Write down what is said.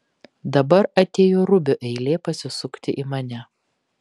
dabar atėjo rubio eilė pasisukti į mane